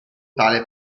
tale